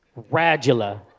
Radula